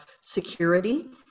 security